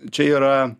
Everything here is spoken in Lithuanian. čia yra